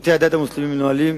סליחה, לא שמעתי.